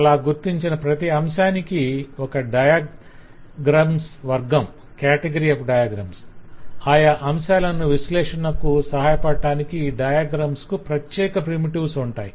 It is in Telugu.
అలా గుర్తించిన ప్రతి అంశానికి ఒక డయాగ్రమ్స్ వర్గం ఆయా అంశాలను విశ్లేషణకు సహాయపడటానికి ఈ డయాగ్రమ్ కు ప్రత్యెక ప్రిమిటివ్స్ ఉంటాయి